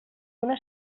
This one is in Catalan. una